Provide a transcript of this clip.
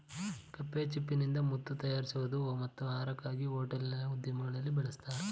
ಕಪ್ಪೆಚಿಪ್ಪಿನಿಂದ ಮುತ್ತು ತಯಾರಿಸುವುದು ಮತ್ತು ಆಹಾರಕ್ಕಾಗಿ ಹೋಟೆಲ್ ಉದ್ಯಮದಲ್ಲಿ ಬಳಸ್ತರೆ